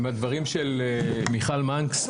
ומהדברים של מיכל מנקס.